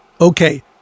okay